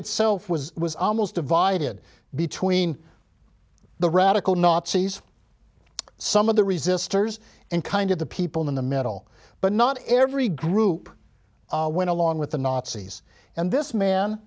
itself was was almost divided between the radical nazis some of the resistors and kind of the people in the middle but not every group went along with the nazis and this man